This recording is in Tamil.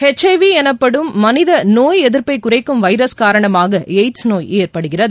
எச்ஐவி எனப்படும் மனித நோய் எதிர்ப்பைக் குறைக்கும் வைரஸ் காரணமாக எப்ட்ஸ் நோய் ஏற்படுகிறது